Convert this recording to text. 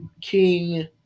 king